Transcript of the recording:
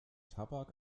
tabak